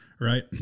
Right